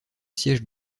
siège